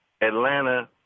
Atlanta